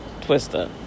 twister